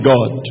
God